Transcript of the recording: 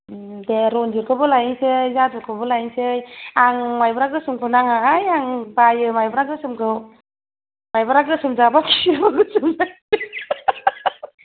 उम दे रन्जितखौबो लायनोसै जादुखौबो लायन्सै आं माइब्रा गोसोमखौ नाङाहाय आं बायो माइब्रा गोसोमखौ माइब्रा गोसोम जाबा खिबुआ गोसोम जायोनो